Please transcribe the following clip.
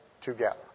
together